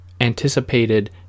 anticipated